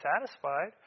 satisfied